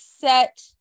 set